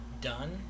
done